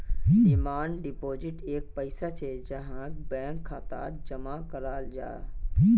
demand deposit एक पैसा छे जहाक बैंक खातात जमा कराल जाहा